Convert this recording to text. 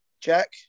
Jack